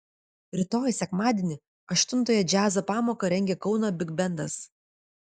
rytoj sekmadienį aštuntąją džiazo pamoką rengia kauno bigbendas